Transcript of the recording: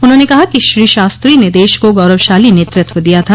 उन्होंने कहा कि श्री शास्त्री ने देश को गौरवशाली नेतृत्व दिया था